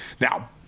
Now